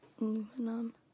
Aluminum